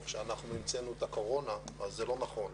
שחושבים שאנחנו המצאנו את הקורונה - זה לא נכון.